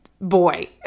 boy